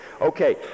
Okay